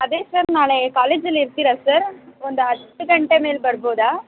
ಅದೇ ಸರ್ ನಾಳೆ ಕಾಲೇಜಲ್ಲಿ ಇರ್ತೀರಾ ಸರ್ ಒಂದು ಹತ್ತು ಗಂಟೆ ಮೇಲೆ ಬರ್ಬೋದಾ